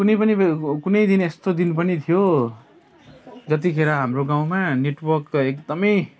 कुनै पनि बेला कुनै दिन यस्तो दिन पनि थियो जतिखेर हाम्रो गाउँमा नेटवर्क एकदम